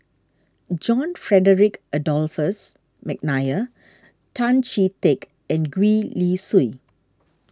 John Frederick Adolphus McNair Tan Chee Teck and Gwee Li Sui